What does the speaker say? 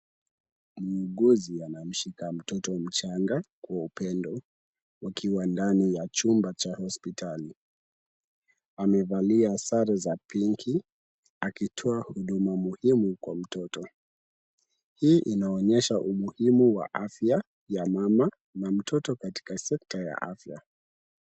Muuguzi anamshika mtoto mchanga kwa upendo, wakiwa ndani ya chumba cha hospitali. Amevalia sare za pinki akitoa huduma muhimu kwa mtoto. Hii inaonyesha umuhimu wa afya ya mama na mtoto katika sekta ya afya.